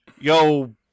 Yo